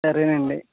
సరే అండి